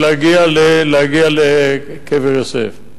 בשביל להגיע לקבר יוסף.